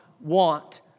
want